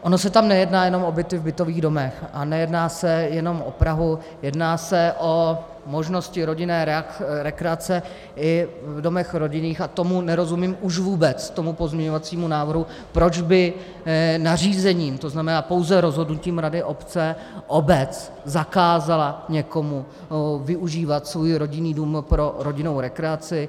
Ono se tam nejedná jenom o byty v bytových domech a nejedná se jenom o Prahu, jedná se o možnosti rodinné rekreace i v domech rodinných, a tomu nerozumím už vůbec, tomu pozměňovacímu návrhu, proč by nařízením, to znamená pouze rozhodnutím rady obce, obec zakázala někomu využívat svůj rodinný dům pro rodinnou rekreaci.